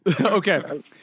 okay